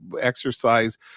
exercise